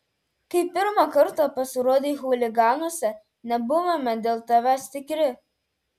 kai pirmą kartą pasirodei chuliganuose nebuvome dėl tavęs tikri